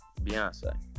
Beyonce